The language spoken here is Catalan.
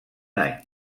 any